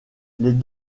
les